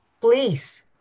please